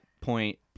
point